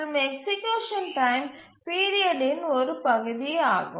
மற்றும் execution time பீரியடின் ஒரு பகுதியாகும்